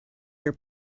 your